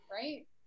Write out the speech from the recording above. right